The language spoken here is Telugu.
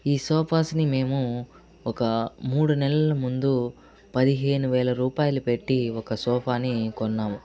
ఈ సోఫాస్ని మేము ఒక మూడు నెలల ముందు పదిహేను వేల రూపాయలు పెట్టి ఒక సోఫాని కొన్నాము